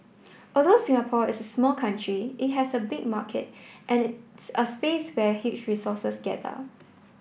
although Singapore is a small country it has a big market and its a space where huge resources gather